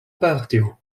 partio